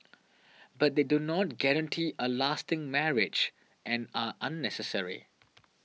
but they do not guarantee a lasting marriage and are unnecessary